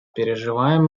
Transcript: переживаем